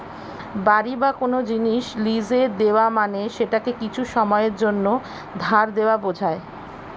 বাড়ি বা কোন জিনিস লীজে দেওয়া মানে সেটাকে কিছু সময়ের জন্যে ধার দেওয়া বোঝায়